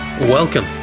Welcome